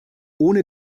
ohne